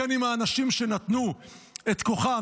כן עם האנשים שנתנו את כוחם,